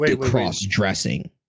cross-dressing